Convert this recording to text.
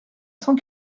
cent